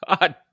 God